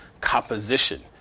composition